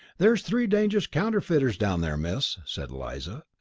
there's three dangerous counterfeiters down there, miss, said eliza.